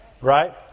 Right